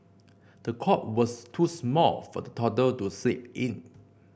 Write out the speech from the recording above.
the cot was too small for the toddler to sleep in